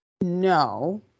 no